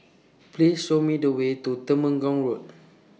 Please Show Me The Way to Temenggong Road